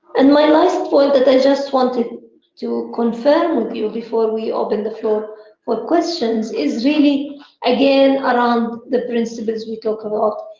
and my last point that i just wanted to confirm with you before we open the floor for questions is really again around the principles we talked about,